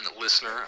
listener